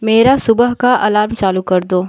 मेरा सुबह का अलार्म चालू कर दो